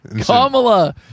Kamala